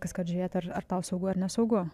kaskart žiūrėti ar ar tau saugu ar nesaugu